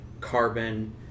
carbon